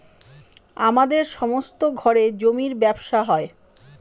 আমাদের সমস্ত ঘরে জমির ব্যবসা হয়